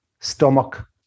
stomach